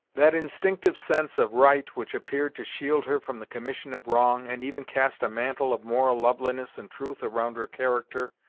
that instinctive sense of right which appeared to shield her from the commission of wrong, and even cast a mantle of moral loveliness and truth around her character,